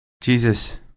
Jesus